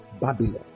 Babylon